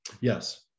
yes